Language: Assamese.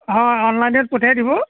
হয় অনলাইনত পঠিয়াই দিব